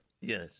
Yes